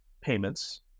payments